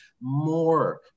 more